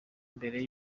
mbere